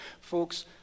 Folks